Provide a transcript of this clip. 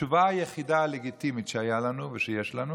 התשובה הלגיטימית היחידה שהייתה לנו ושיש לנו